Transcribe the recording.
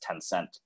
tencent